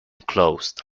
closed